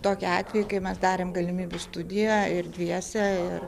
tokį atvejį kai mes darėm galimybių studiją ir dviese